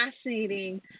fascinating